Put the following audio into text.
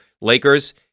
Lakers